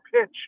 pitch